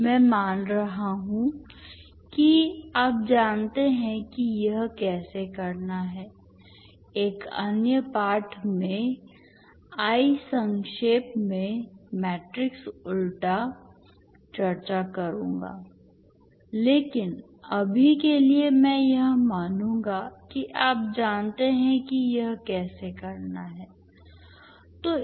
मैं मान रहा हूं कि आप जानते हैं कि यह कैसे करना है एक अन्य पाठ में I संक्षेप में मैट्रिक्स उलटा चर्चा करूंगा लेकिन अभी के लिए मैं यह मानूंगा कि आप जानते हैं कि यह कैसे करना है